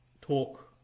talk